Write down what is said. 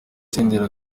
senderi